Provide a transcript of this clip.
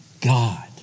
God